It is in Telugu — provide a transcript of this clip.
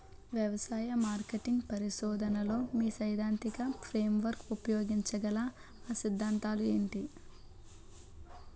వ్యవసాయ మార్కెటింగ్ పరిశోధనలో మీ సైదాంతిక ఫ్రేమ్వర్క్ ఉపయోగించగల అ సిద్ధాంతాలు ఏంటి?